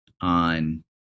on